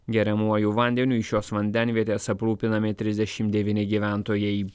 geriamuoju vandeniu iš šios vandenvietės aprūpinami trisdešimt devyni gyventojai